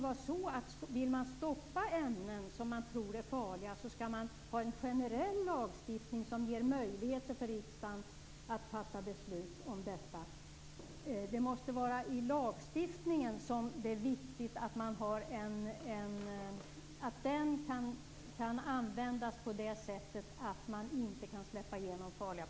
Vill man stoppa ämnen som man tror är farliga behöver man ju ha en generell lagstiftning som ger riksdagen möjligheter att fatta beslut om detta. Lagstiftningen måste ge möjligheter att förhindra att farliga produkter släpps fram.